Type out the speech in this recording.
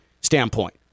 standpoint